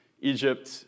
Egypt